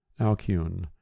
Alcune